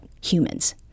humans